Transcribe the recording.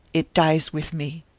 it dies with me!